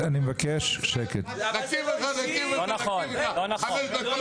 אני גם לקחתי מפה הרבה דברים.